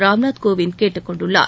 ராம்நாத் கோவிந்த் கேட்டுக் கொண்டுள்ளார்